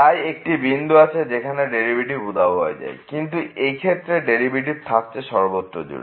তাই একটি বিন্দু আছে যেখানে ডেরিভেটিভ উধাও হয়ে যায় কিন্তু এই ক্ষেত্রে ডেরিভেটিভটি থাকছে সর্বত্র জুড়ে